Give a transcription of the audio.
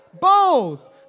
bowls